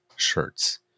shirts